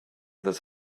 this